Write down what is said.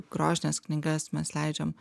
grožines knygas mes leidžiam